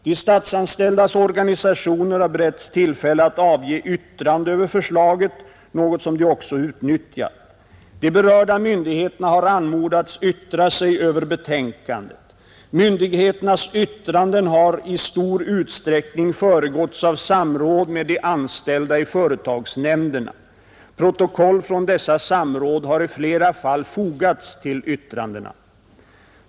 Dessa två uttryck är nyckelord och grundelement i själva begreppet företagsdemokrati och även nyckelord när det gäller att avslöja hur fjärran från och främmande för elementär företagsdemokrati utredning och regering varit när man agerat i utflyttningsfrågan. Utskottets skrivsätt antyder också en i form försiktig men i sak skarp reaktion mot utredningen och naturligtvis den i sista hand ansvarige, nämligen regeringen, för dess sätt att hantera berörd personal i samband med utflyttningen.